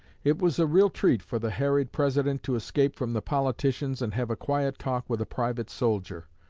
it was a real treat for the harried president to escape from the politicians and have a quiet talk with a private soldier.